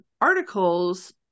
articles